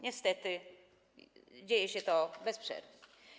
Niestety dzieje się to bez przerwy.